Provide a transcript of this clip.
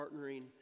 partnering